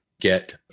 Get